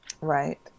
right